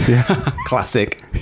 Classic